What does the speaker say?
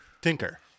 Tinker